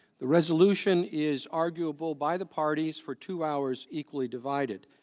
the resolution is arguable by the parties for two hours equally divided.